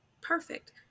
Perfect